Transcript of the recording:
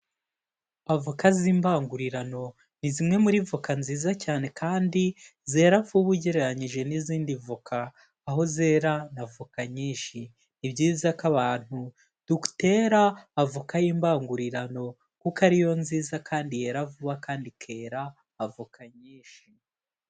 Avoka z'imbangurirano ni zimwe muri voka nziza cyane kandi zera vuba ugereranyije n'izindi voka, aho zera n'avoka nyinshi. Ni byiza ko abantu dutera avoka y'imbangurirano kuko ari yo nziza, kandi yera vuba, kandi ikera avoka nyinshi.